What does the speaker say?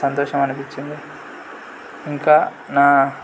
సంతోషం అనిపించింది ఇంకా నా